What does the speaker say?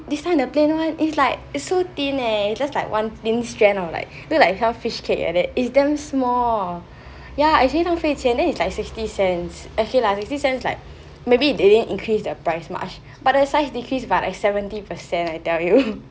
this time the plain one is like it's so thin leh it's just like one thin strand of like look like some fishcake like that it's damn small ya actually 费费钱 then it's like sixty cents actually fifty cents like maybe they never increase their price mark but the size decrease by like seventy percent I tell you